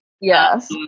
yes